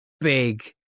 big